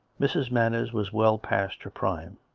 mrs. manners was well past her prime.